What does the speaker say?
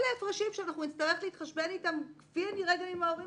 אלה הפרשים שאנחנו נצטרך להתחשבן אתם כפי הנראה גם עם ההורים